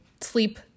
sleep